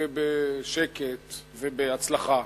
ובשקט ובהצלחה,